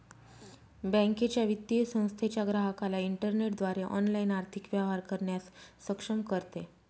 बँकेच्या, वित्तीय संस्थेच्या ग्राहकाला इंटरनेटद्वारे ऑनलाइन आर्थिक व्यवहार करण्यास सक्षम करते